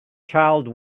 child